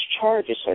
charges